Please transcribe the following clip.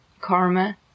Karma